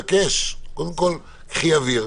אני מבקש קודם כול, קחי אוויר.